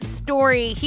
story